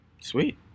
Sweet